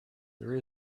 there